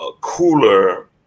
cooler